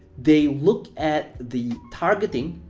they look at the targeting,